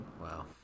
Wow